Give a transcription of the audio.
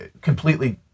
completely